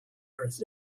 earth